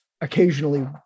occasionally